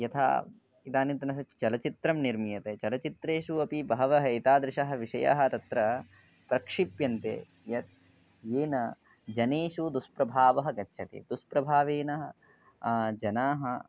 यथा इदानींतनस्य चलच्चित्रं निर्मीयते चलच्चित्रेषु अपि बहवः एतादृशाः विषयाः तत्र प्रक्षिप्यन्ते येन येन जनेषु दुष्प्रभावः गच्छति दुष्प्रभावेन जनाः